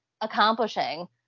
accomplishing